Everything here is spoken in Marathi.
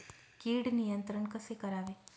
कीड नियंत्रण कसे करावे?